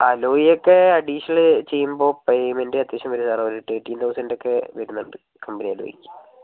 alloy ഒക്കെ additional ചെയ്യുമ്പോൾ payment അത്യാവശ്യം വരും അറുപത് തെർട്ടീൻ തൗസൻഡ് ഒക്കെ വരുന്ന്ണ്ട് കമ്പനിയോട് ചോദിക്ക്